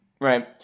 right